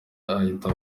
ahita